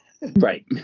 Right